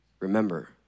Remember